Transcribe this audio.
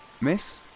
Miss